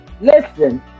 Listen